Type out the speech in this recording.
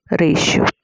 ratio